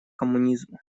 коммунизма